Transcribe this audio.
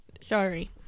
Sorry